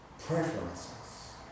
preferences